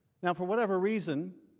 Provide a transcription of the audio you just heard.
and for whatever reason,